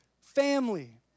family